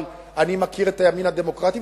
אבל אני מכיר את הימין הדמוקרטי,